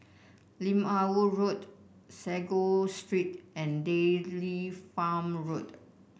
Lim Ah Woo Road Sago Street and Dairy Farm Road